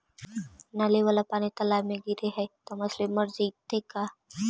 नली वाला पानी तालाव मे गिरे है त मछली मर जितै का?